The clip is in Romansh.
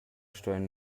stuein